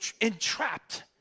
entrapped